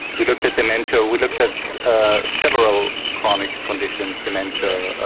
we looked at dementia, we looked at several chronic conditions, dementia,